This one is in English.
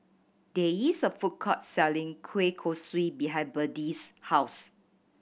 there is a food court selling kueh kosui behind Birdie's house